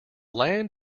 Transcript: land